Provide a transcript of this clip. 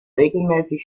regelmäßig